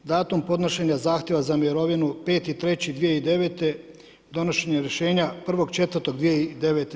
Datum podnošenja zahtjeva za mirovinu 5. 3. 2009. donošenje rješenja 1. 4. 2009.